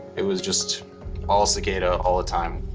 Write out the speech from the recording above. it was just all cicada, all the time.